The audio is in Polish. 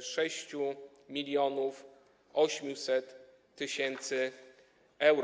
6800 tys. euro.